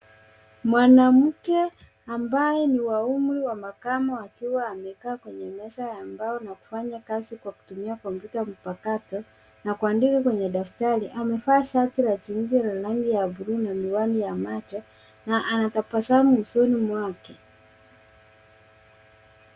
Mwanamke ambaye ni wa umri wa makamo akiwa amekaa kwenye meza ya mbao na kufanya kazi kwa kutumia kompyuta mpakato na kuandika kwenye daftari amevaa shati ya jinsi la rangi ya bluu na miwani ya macho na anatabasamu usoni mwake.